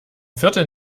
viertel